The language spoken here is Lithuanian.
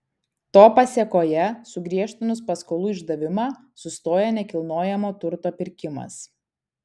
to pasėkoje sugriežtinus paskolų išdavimą sustoja nekilnojamo turto pirkimas